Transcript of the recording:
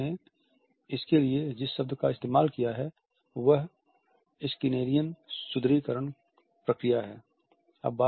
hall ने इसके लिए जिस शब्द का इस्तेमाल किया है वह "स्किनेरियन सुदृढीकरण" प्रक्रिया है